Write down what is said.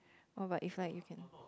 oh but if like you can